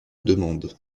demande